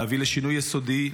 להביא לשינוי יסודי,